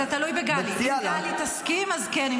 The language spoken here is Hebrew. אם גלי תסכים אז כן.